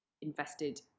invested